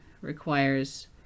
requires